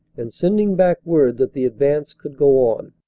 and sending back word that the advance could go on.